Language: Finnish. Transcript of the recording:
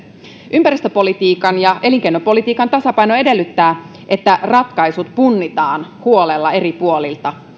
ympäristöpolitiikan ja elinkeinopolitiikan tasapaino edellyttää että ratkaisut punnitaan huolella eri puolilta